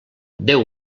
déu